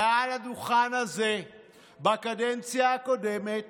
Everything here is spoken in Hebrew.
מעל הדוכן הזה בקדנציה הקודמת